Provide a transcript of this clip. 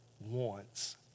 wants